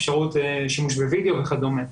אפשרות שימוש בווידאו וכדומה.